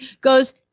goes